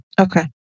Okay